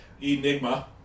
enigma